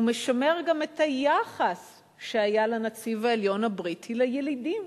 הוא משמר גם את היחס שהיה לנציב העליון הבריטי לילידים.